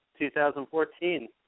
2014